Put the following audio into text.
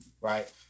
right